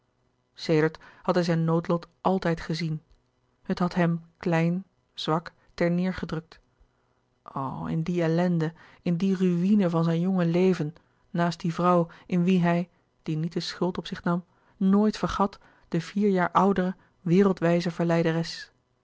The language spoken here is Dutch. sedert had hij zijn noodlot àltijd gezien en het had hem klein zwak ter neêr gedrukt o in die ellende in die ruïne van zijn jonge leven naast die vrouw in wie hij die niet de schuld op zich nam nooit vergat de vier jaar oudere wereldwijze verleideres